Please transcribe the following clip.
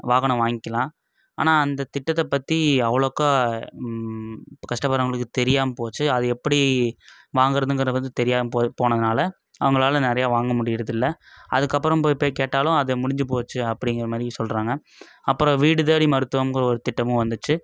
வாகனம் வாங்கிக்கலாம் ஆனால் அந்த திட்டத்தை பற்றி அவ்வளோக்கா இப்போ கஷ்டப்படுறவங்களுக்கு தெரியாமல் போச்சு அது எப்படி வாங்கிறதுங்குறது வந்து தெரியாமல் போ போனங்கனால அவங்களால் நிறையா வாங்க முடிகிறது இல்லை அதுக்கப்புறம் போய் போய் கேட்டாலும் அது முடிஞ்சு போச்சு அப்படிங்கிற மாதிரியும் சொல்கிறாங்க அப்புறம் வீடு தேடி மருத்துவம்கிற ஒரு திட்டமும் வந்துச்சு